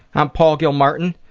i'm paul gilmartin.